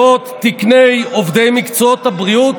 מאות תקני עובדי מקצועות הבריאות,